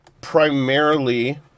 primarily